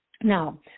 Now